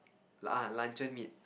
ah luncheon meat